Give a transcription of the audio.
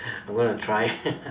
I'm gonna try